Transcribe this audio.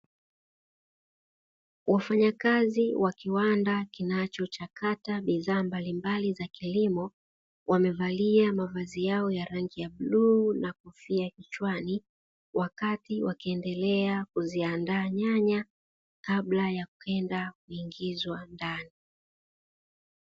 Wafanyakazi wa kiwanda kinachochakata bidhaa mbalimbali za kilimo, wamevalia mavazi yao ya rangi ya bluu na kofia kichwani; wakati wakiendelea kuziandaa nyanya kabla ya kwenda kuingizwa ndani.